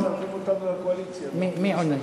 מי עונה?